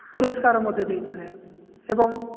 ପୁରସ୍କାର ମଧ୍ୟ ଦେଇଥିଲେ ଏବଂ